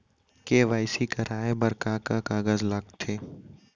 KYC कराये बर का का कागज लागथे?